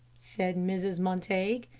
said mrs. montague.